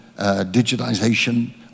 digitization